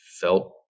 felt